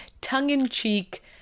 tongue-in-cheek